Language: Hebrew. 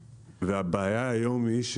הבעיה היום היא,